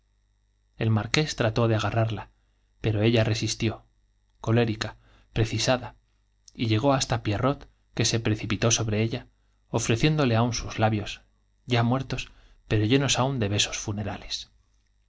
el marqués trató de agarrarla pero ella resistió colérica precisada y llegó hasta pierrot que se pre ofreciéndole aún sus labios ya cipitó sobre ella muertos pero llenos aún de besos funerales